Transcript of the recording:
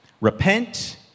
Repent